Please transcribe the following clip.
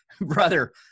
brother